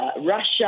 Russia